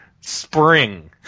Spring